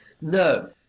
No